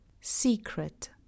Secret